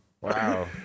Wow